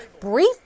brief